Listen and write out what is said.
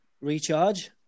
Recharge